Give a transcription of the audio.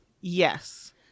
Yes